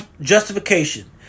justification